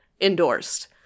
endorsed